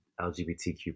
lgbtq